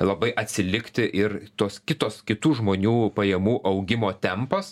labai atsilikti ir tos kitos kitų žmonių pajamų augimo tempas